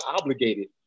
obligated